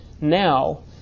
Now